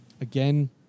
again